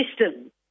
system